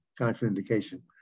contraindication